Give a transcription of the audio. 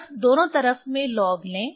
बस दोनों तरफ में लॉग लें